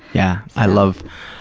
yeah. i love